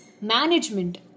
management